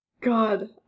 God